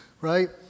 right